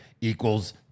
equals